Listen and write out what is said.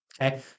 Okay